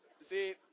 See